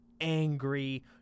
angry